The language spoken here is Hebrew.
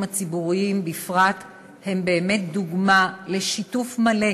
הציבוריים בפרט הן באמת דוגמה לשיתוף מלא